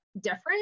different